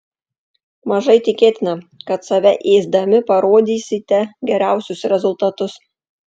mažai tikėtina kad save ėsdami parodysite geriausius rezultatus